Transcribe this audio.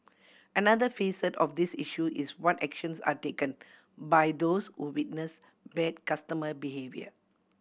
another facet of this issue is what actions are taken by those who witness bad customer behaviour